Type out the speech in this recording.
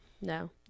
no